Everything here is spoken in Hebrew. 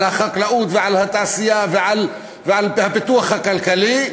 החקלאות ועל התעשייה ועל הפיתוח הכלכלי,